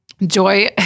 joy